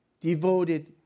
devoted